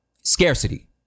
scarcity